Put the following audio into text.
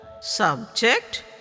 Subject